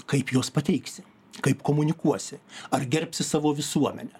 kaip juos pateiksi kaip komunikuosi ar gerbsi savo visuomenę